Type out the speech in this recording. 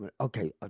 Okay